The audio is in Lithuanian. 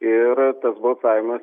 ir tas balsavimas